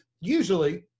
usually